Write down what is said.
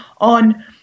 on